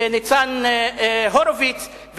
לניצן הורוביץ.